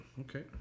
Okay